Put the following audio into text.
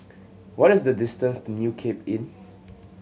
what is the distance to New Cape Inn